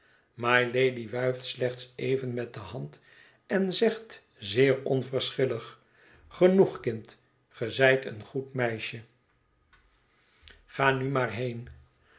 mylady wuift slechts even met de hand en zegt zeer onverschillig genoeg kind ge zijt een goed meisje ga nu maar heen